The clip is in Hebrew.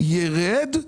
ירד.